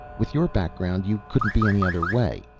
with your background you couldn't be any other way.